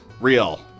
Real